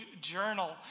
journal